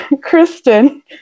Kristen